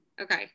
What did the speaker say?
Okay